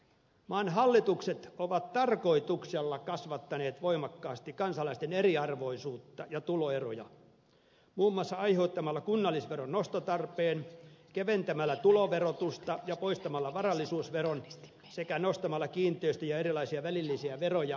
maan hallitukset ovat tarkoituksella kasvattaneet voimakkaasti kansalaisten eriarvoisuutta ja tuloeroja muun muassa aiheuttamalla kunnallisveron nostotarpeen keventämällä tuloverotusta ja poistamalla varallisuusveron sekä nostamalla kiinteistö ja erilaisia välillisiä veroja ja maksuja